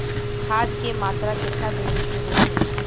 खाध के मात्रा केतना देवे के होखे?